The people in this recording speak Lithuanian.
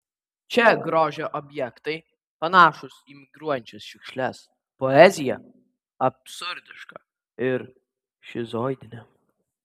čia grožio objektai panašūs į migruojančias šiukšles poezija absurdiška ir šizoidinė